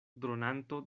dronanto